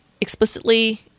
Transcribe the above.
explicitly